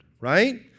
right